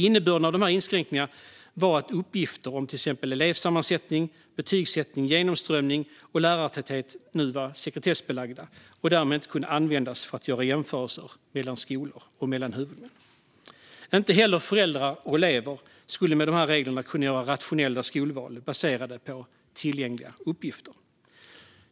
Innebörden av dessa inskränkningar var att uppgifter om till exempel elevsammansättning, betygsättning, genomströmning och lärartäthet blev sekretessbelagda och därmed inte kunde användas för att göra jämförelser mellan skolor och huvudmän. Inte heller föräldrar och elever skulle med dessa regler kunna göra rationella skolval baserade på tillgängliga uppgifter.